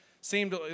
seemed